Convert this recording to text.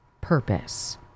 purpose